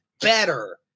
better